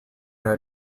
are